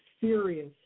serious